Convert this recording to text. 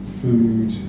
food